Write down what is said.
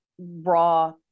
raw